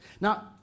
Now